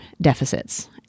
deficits